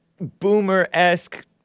boomer-esque